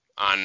on